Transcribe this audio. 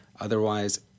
Otherwise